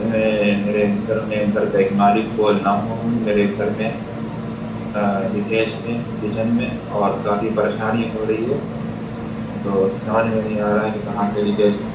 میں میرے گھر میں گھر کا ایک مالک بول رہا ہوں میرے گھر میں لیکیج ہے کچن میں اور کافی پریشانی ہو رہی ہے تو سمجھ میں نہیں آ رہا کہ کہاں سے لیکیج ہے